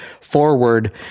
forward